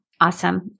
Awesome